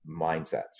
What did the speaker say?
mindsets